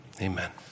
amen